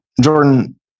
Jordan